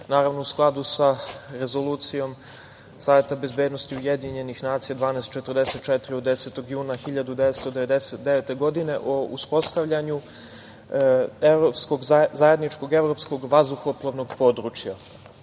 naravno, u skladu sa Rezolucijom Saveta bezbednosti UN 1244 od 10. juna 1999. godine o uspostavljanju zajedničkog evropskog vazduhoplovnog područja. Ovo